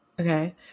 okay